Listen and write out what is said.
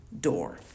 door